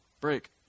Break